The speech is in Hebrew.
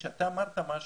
אתה אמרת משהו,